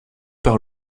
par